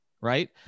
right